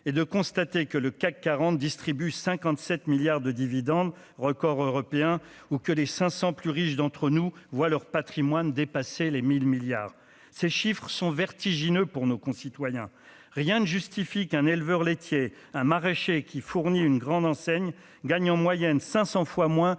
et de constater que le CAC 40 distribue 57 milliards de dividendes record européen ou que les 500 plus riches d'entre nous voient leur Patrimoine, dépasser les 1000 milliards, ces chiffres sont vertigineux pour nos concitoyens, rien ne justifie qu'un éleveur laitier, un maraîcher qui fournit une grande enseigne gagne en moyenne 500 fois moins